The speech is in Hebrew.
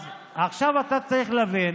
אז עכשיו אתה צריך להבין